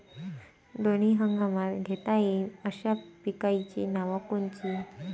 दोनी हंगामात घेता येईन अशा पिकाइची नावं कोनची?